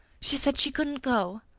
she said she couldn't go.